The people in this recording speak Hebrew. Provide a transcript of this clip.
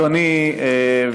אדוני,